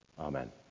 Amen